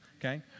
okay